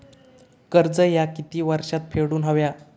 कर्ज ह्या किती वर्षात फेडून हव्या?